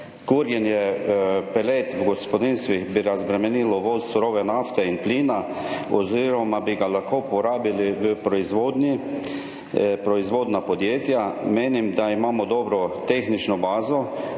kurjenje pelet v gospodinjstvih bi razbremenilo /nerazumljivo/ surove nafte in plina oziroma bi ga lahko porabili v proizvodnji, proizvodna podjetja. Menim, da imamo dobro tehnično bazo,